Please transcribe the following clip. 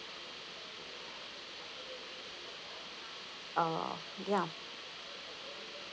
err ya